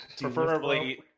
Preferably